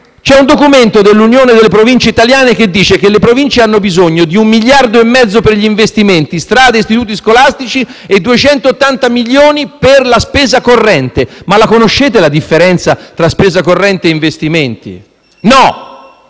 C'è un documento dell'Unione delle Province italiane che dice che le Province hanno bisogno di 1,5 miliardi di euro per gli investimenti, le strade e gli istituti scolastici e di 280 milioni di euro per la spesa corrente. Conoscete la differenza tra spesa corrente e investimenti?